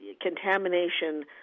contamination